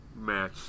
match